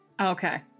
Okay